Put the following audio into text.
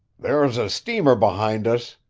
there's a steamer behind us,